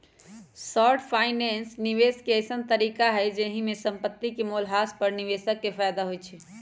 short finance निवेश के अइसँन तरीका हइ जाहिमे संपत्ति के मोल ह्रास पर निवेशक के फयदा होइ छइ